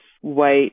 white